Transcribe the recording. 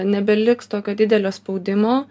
nebeliks tokio didelio spaudimo